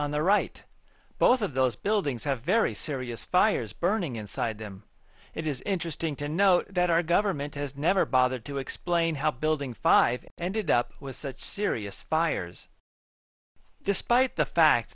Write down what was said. on the right both of those buildings have very serious fires burning inside them it is interesting to note that our government has never bothered to explain how building five ended up with such serious fires despite the fact